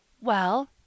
Well